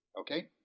Okay